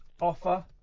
offer